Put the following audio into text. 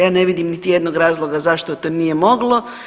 Ja ne vidim niti jednog razloga zašto to nije moglo.